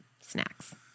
Snacks